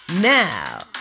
now